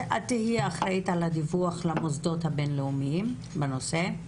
את תהיי אחראית על הדיווח למוסדות הבינלאומיים בנושא.